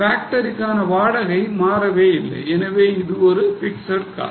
ஃபேக்டரிக்கான வாடகை மாறவே இல்லை எனவே இது ஒரு fixed cost